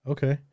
Okay